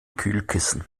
kühlkissen